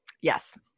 Yes